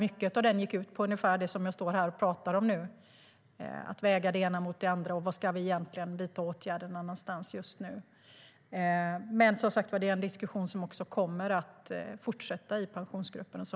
Mycket av den gick ut på ungefär det som jag talar om nu, alltså att väga det ena mot det andra och var vi egentligen ska vidta åtgärderna någonstans. Men detta är en diskussion som kommer att fortsätta i Pensionsgruppen.